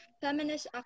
feminist